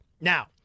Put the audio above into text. Now